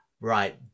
right